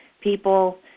people